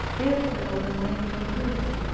if you're open-minded to observing it,